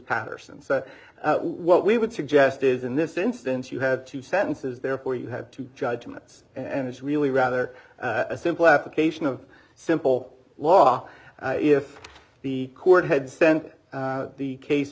patterson so what we would suggest is in this instance you have two sentences therefore you have two judgments and it's really rather a simple application of simple law if the court had sent the case